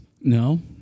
No